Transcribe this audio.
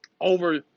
Over